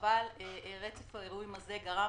אבל רצף האירועים גרם